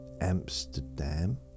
Amsterdam